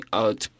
out